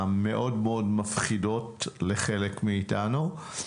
המאוד מאוד מפחידות לחלק מאיתנו,